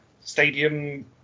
stadium